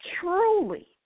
Truly